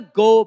go